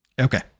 Okay